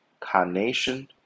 carnation